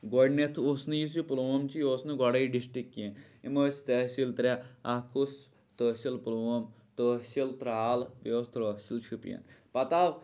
گۄڈٕنٮ۪تھ اوس نہٕ یُس یہِ پُلووم چھُ یہِ اوس نہٕ گۄڈَے ڈِسٹِرٛک کینٛہہ یِم ٲسۍ تحصیٖل ترٛےٚ اَکھ اوس تحصیٖل پُلووم تحصیٖل ترٛال بیٚیہِ اوس تحصیٖل شُپیَن پَتہٕ آو